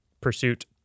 pursuit